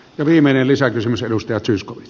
ja viimeinen lisäkysymys edustaja zyskowicz